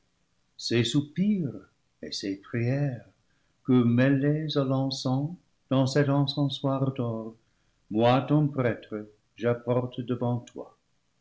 ces soupirs et ces prières que mêlés à l'encens dans cet encensoir d'or moi ton prêtre j'apporte devant toi